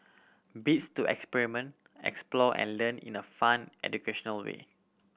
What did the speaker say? bits to experiment explore and learn in a fun educational way